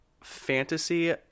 fantasy